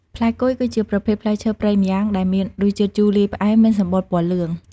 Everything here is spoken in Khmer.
ផ្លែគុយ គឺជាប្រភេទផ្លែឈើព្រៃម្យ៉ាងដែលមានរសជាតិជូរលាយផ្អែម មានសម្បុរពណ៌លឿង។